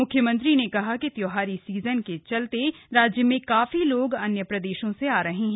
म्ख्यमंत्री ने कहा कि त्योहारी सीजन के चलते राज्य में काफी लोग अन्य प्रदेशों से आ रहे हैं